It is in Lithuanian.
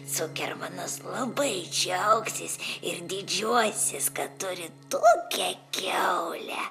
cukermanas labai džiaugsis ir didžiuosis kad turi tokią kiaulę